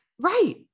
Right